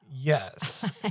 Yes